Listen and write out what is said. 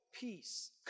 peace